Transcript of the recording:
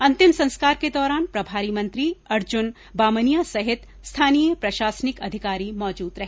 अंतिम संस्कार के दौरान प्रभारी मंत्री अर्जुन बामनिया सहित स्थानीय प्रशासनिक अधिकारी मौजूद रहे